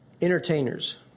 entertainers